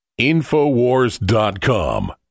InfoWars.com